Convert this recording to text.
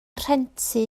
rhentu